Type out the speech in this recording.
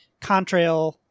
Contrail